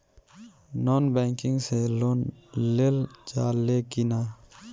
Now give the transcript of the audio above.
Non banking से loan लेल जा ले कि ना?